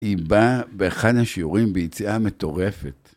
‫היא באה באחד השיעורים ביציאה מטורפת.